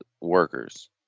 workers